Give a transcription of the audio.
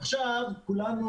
כולנו